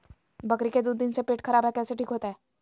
बकरी के दू दिन से पेट खराब है, कैसे ठीक होतैय?